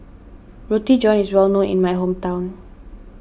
Roti John is well known in my hometown